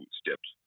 steps